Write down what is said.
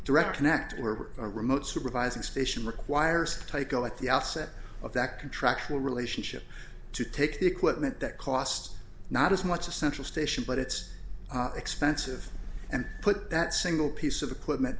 direct connect were a remote supervising station requires tycho at the outset of that contractual relationship to take the equipment that costs not as much of central station but it's expensive and put that single piece of equipment